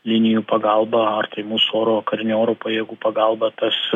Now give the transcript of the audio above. linijų pagalba ar tai mūsų oro karinių oro pajėgų pagalba tas